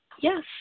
Yes